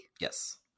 yes